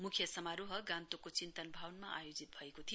मुख्य समारोह गान्तोकको चिन्तन भवनमा आयोजित भएको थियो